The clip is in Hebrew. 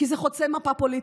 כי זה חוצה את המפה הפוליטית.